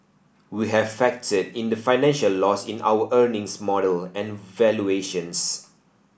we have factored in the financial loss in our earnings model and valuations